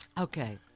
Okay